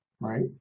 Right